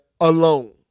alone